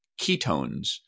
ketones